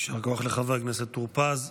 יישר כוח לחבר הכנסת טור פז.